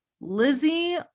Lizzie